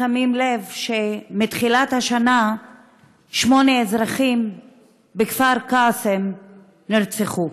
שמים לב שמתחילת השנה שמונה אזרחים בכפר קאסם נרצחו.